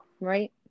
right